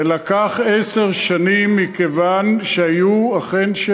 זה לקח עשר שנים מכיוון שהיו, אכן,